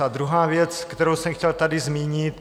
A druhá věc, kterou jsem chtěl tady zmínit.